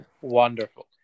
wonderful